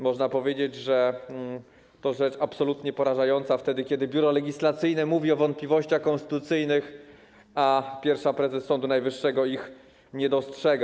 Można powiedzieć, że to rzecz absolutnie porażająca - kiedy Biuro Legislacyjne mówi o wątpliwościach konstytucyjnych, a pierwsza prezes Sądu Najwyższego ich nie dostrzega.